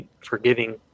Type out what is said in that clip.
forgiving